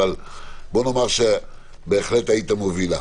אבל בואו נאמר שבהחלט היית המובילה.